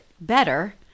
better